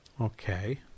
Okay